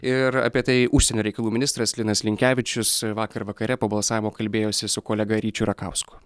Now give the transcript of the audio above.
ir apie tai užsienio reikalų ministras linas linkevičius vakar vakare po balsavimo kalbėjosi su kolega ryčiu rakausku